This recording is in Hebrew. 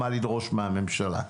מה לדרוש מהממשלה.